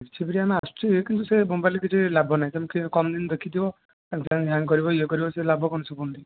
six G B RAM ଆସୁଛି କିନ୍ତୁ ସେ ମୋବାଇଲ ରେ କିଛି ଲାଭ ନାହିଁ ତେଣୁ କମ୍ ଦିନ ଦେଖି ଥିବ ସାଙ୍ଗେ ସାଙ୍ଗେ ହ୍ୟାଙ୍ଗ କରିବ ଇଏ କରିବ ଲାଭ କ'ଣ ସେ ଫୋନ ନେଇକି